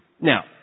Now